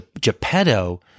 Geppetto